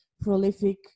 prolific